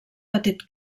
petit